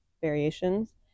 variations